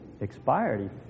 expired